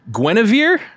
Guinevere